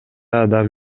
адам